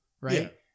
Right